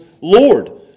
Lord